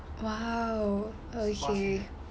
!wow! okay